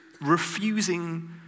refusing